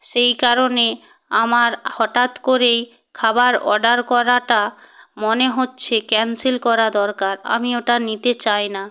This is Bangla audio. সেই কারণে আমার হঠাৎ করেই খাবার অর্ডার করাটা মনে হচ্ছে ক্যান্সেল করা দরকার আমি ওটা নিতে চাই না